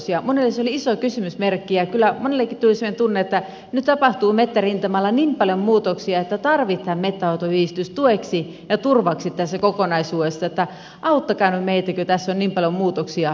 monelle se oli iso kysymysmerkki ja kyllä monellekin tuli semmoinen tunne että nyt tapahtuu metsärintamalla niin paljon muutoksia että tarvitaan metsänhoitoyhdistys tueksi ja turvaksi tässä kokonaisuudessa että auttakaa nyt meitä kun tässä on niin paljon muutoksia työn alla